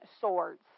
swords